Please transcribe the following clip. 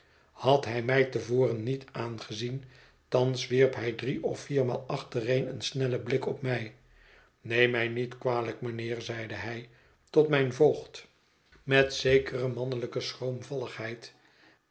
had hij mij te voren niet aangezien thans wierp hij drie of viermaal achtereen een snellen blik op mij neem mij niet kwalijk mijnheer zeide hij tot mijn voogd met zekere mannelijke